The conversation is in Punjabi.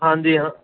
ਹਾਂਜੀ ਹਾਂ